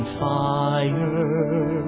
fire